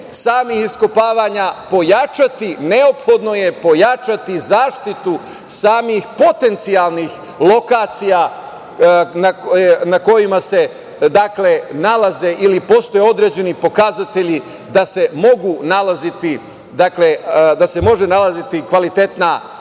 samih iskopavanja, pojačati, neophodno je pojačati zaštitu samih potencijalnih lokacija, na kojima se nalaze ili postoje određeni pokazatelji, da se mogu nalaziti kvalitetna